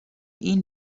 این